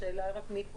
השאלה רק מי פונה.